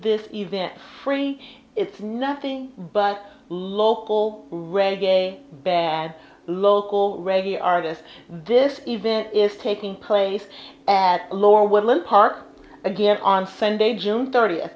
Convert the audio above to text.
this event free it's nothing but local reggae bad local ready artist this event is taking place at a lower woodland park again on sunday june